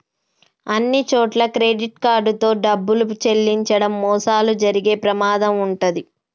అన్నిచోట్లా credit card తో డబ్బులు చెల్లించడం మోసాలు జరిగే ప్రమాదం వుంటది